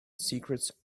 secrets